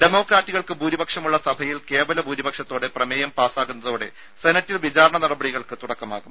ഡെമോക്രാറ്റുകൾക്ക് ഭൂരിപക്ഷമുളള സഭയിൽ കേവല ഭൂരിപക്ഷത്തോടെ പ്രമേയം പാസ്സാകുന്നതോടെ സെനറ്റിൽ വിചാരണ നടപടികൾക്ക് തുടക്കമാകും